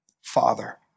Father